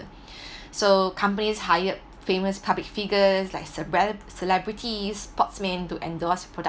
so companies hired famous public figures like cereb~ celebrities sportsmen to endorse products